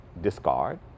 discard